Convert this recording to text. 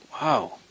Wow